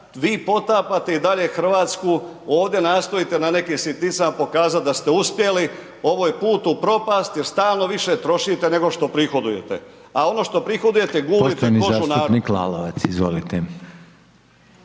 vi potapate i dalje Hrvatsku. Ovdje nastojite na nekim sitnicama pokazati da ste uspjeli, ovo je put u propast jel stalno više trošite nego što prihodujete. A ono što prihodujete gulite kožu narodu.